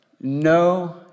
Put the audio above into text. No